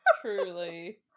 Truly